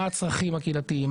מה הצרכים הקהילתיים,